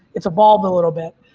it's evolved a little bit.